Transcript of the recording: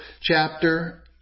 chapter